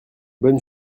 bonne